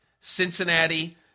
Cincinnati